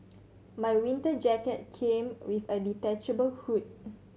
my winter jacket came with a detachable hood